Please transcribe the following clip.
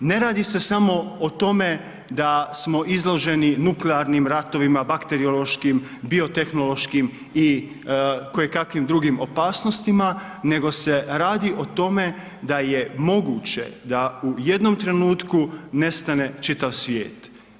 Ne radi se samo o tome da smo izloženi nuklearnim ratovima, bakteriološkim, biotehnološkim i kojekakvim drugim opasnostima, nego se radi o tome da je moguće da u jednom trenutku nestane čitav svijet.